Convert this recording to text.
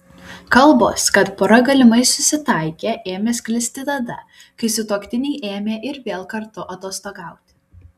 kalbos kad pora galimai susitaikė ėmė sklisti tada kai sutuoktiniai ėmė ir vėl kartu atostogauti